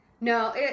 No